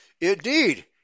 Indeed